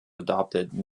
adopted